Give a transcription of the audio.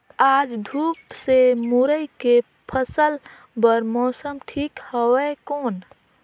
आज धूप हे मुरई के फसल बार मौसम ठीक हवय कौन?